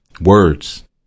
words